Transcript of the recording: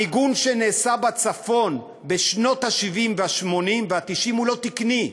המיגון שנעשה בצפון בשנות ה-70 וה-80 וה-90 הוא לא תקני.